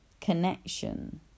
connection